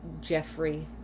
Jeffrey